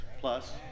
plus